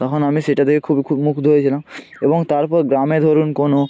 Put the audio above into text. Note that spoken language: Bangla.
তখন আমি সেটা দেখে খুব খুব মুগ্ধ হয়েছিলাম এবং তারপর গ্রামে ধরুন কোনো